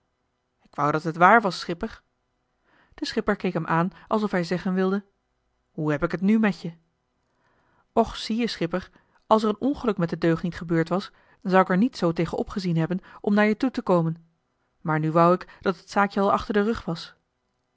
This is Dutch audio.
k wou dat het waar was schipper de schipper keek hem aan alsof hij zeggen wilde hoe heb ik het nu met je och zie-je schipper als er een ongeluk met den deugniet gebeurd was zou ik er niet zoo tegen opgezien hebben om naar je toe te komen maar nu wou ik dat het zaakje al achter den rug was